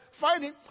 fighting